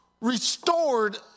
restored